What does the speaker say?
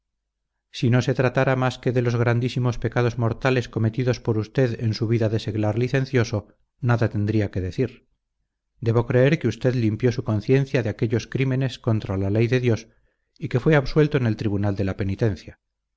si no se tratara más que de los grandísimos pecados mortales cometidos por usted en su vida de seglar licencioso nada tendría que decir debo creer que usted limpió su conciencia de aquellos crímenes contra la ley de dios y que fue absuelto en el tribunal de la penitencia